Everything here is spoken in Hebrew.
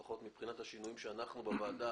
לפחות מבחינת השינויים שאנחנו בוועדה